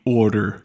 order